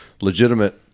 legitimate